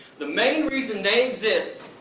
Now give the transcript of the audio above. the main reason they exist,